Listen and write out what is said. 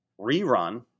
rerun